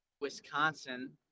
Wisconsin